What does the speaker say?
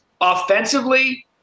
Offensively